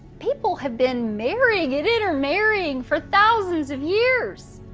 people have been marrying and intermarrying for thousands of years,